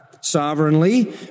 sovereignly